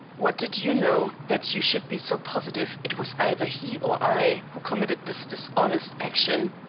what did you know that you should be so positive it was either he or i who committed this dishonest action?